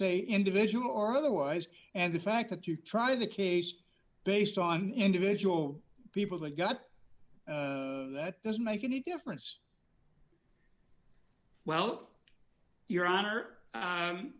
say individual are otherwise and the fact that you try the case based on individual people the gut that doesn't make any difference well your honor